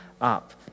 up